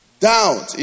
Doubt